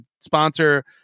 sponsor